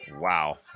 Wow